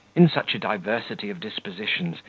in such a diversity of dispositions,